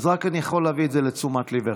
אני רק יכול להביא את זה לתשומת ליבך.